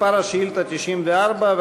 מספר השאילתה 94,